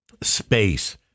space